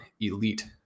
elite